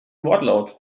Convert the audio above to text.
wortlaut